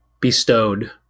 Bestowed